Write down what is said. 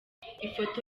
ifoto